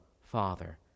Father